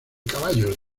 caballos